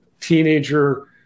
teenager